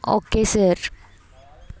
okay sir